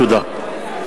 תודה.